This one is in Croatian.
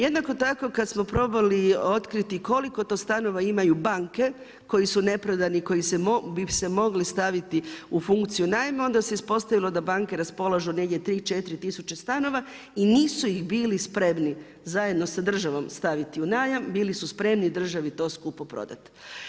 Jednako tako, kad smo probali otkriti koliko to stanova imaju banke koju su neprodani, koji bi se mogli staviti u funkciju najma, onda se ispostavilo da banke raspolažu negdje 3, 4 tisuće stanova i nisu im bili spremni zajedno sa državom staviti u najam, bili su spremni državi to skupo prodati.